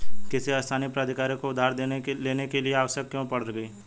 किसी स्थानीय प्राधिकारी को उधार लेने की आवश्यकता क्यों पड़ गई?